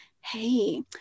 Hey